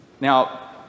now